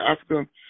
Africa